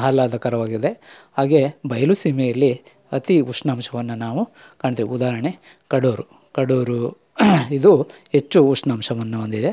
ಆಹ್ಲಾದಕರವಾಗಿದೆ ಹಾಗೆ ಬಯಲುಸೀಮೆಯಲ್ಲಿ ಅತಿ ಉಷ್ಣಾಂಶವನ್ನು ನಾವು ಕಾಣ್ತೆವು ಉದಾಹರಣೆ ಕಡೂರು ಕಡೂರು ಇದು ಹೆಚ್ಚು ಉಷ್ಣಾಂಶವನ್ನು ಹೊಂದಿದೆ